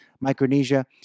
Micronesia